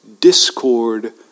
discord